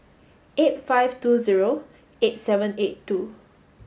eight five two zero eight seven eight two